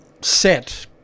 set